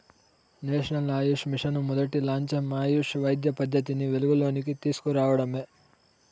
national AYUSH mission మొదటి లచ్చెం ఆయుష్ వైద్య పద్దతిని వెలుగులోనికి తీస్కు రావడమే